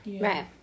Right